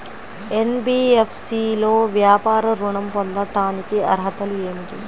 NBFC లో వ్యాపార ఋణం పొందటానికి అర్హతలు ఏమిటీ?